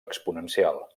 exponencial